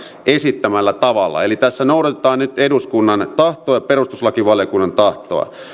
esittämällä tavalla eli tässä noudatetaan nyt eduskunnan tahtoa ja perustuslakivaliokunnan tahtoa